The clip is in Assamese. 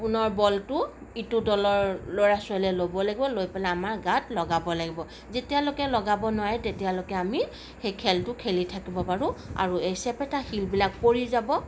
পুনৰ বলটো ইটো দলৰ ল'ৰা ছোৱালীয়ে ল'ব লাগিব লৈ পেলাই আমাৰ গাত লগাব লাগিব যেতিয়ালৈকে লগাব নোৱাৰে তেতিয়ালৈকে আমি সেই খেলটো খেলি থাকিব পাৰোঁ আৰু এই চেপেটা শিলবিলাক পৰি যাব